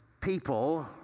people